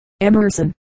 Emerson